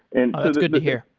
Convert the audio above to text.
and ah it's good to hear.